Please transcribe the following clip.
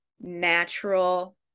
natural